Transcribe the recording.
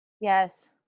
Yes